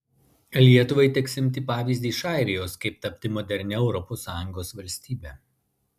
lietuvai teks imti pavyzdį iš airijos kaip tapti modernia europos sąjungos valstybe